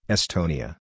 Estonia